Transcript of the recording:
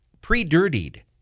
Pre-dirtied